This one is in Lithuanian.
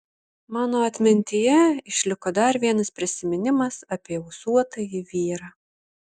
mano atmintyje išliko dar vienas prisiminimas apie ūsuotąjį vyrą